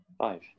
Five